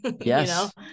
yes